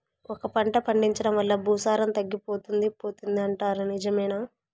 ఒకే పంట పండించడం వల్ల భూసారం తగ్గిపోతుంది పోతుంది అంటారు నిజమేనా